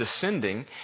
descending